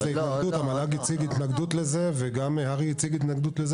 המל"ג הציג התנגדות לזה וגם הר"י הציג התנגדות לזה